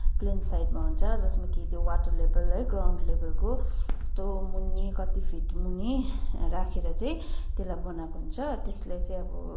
plain साइटमा हुन्छ जसमा कि त्यो वाटर लेबल है ग्राउण्ड लेबलको यस्तो मुनि कति फिटमुनि राखेर चाहिँ त्यसलाई बनाएको हुन्छ त्यसले चाहिँ अब